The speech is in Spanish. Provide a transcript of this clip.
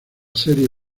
serie